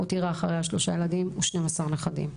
הותירה אחריה שלושה ילדים ו-12 נכדים.